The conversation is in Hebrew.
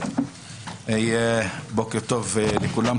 בוקר טוב לכולם,